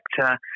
sector